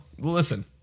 listen